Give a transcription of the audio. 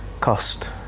cost